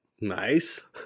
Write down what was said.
Nice